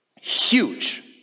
Huge